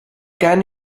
can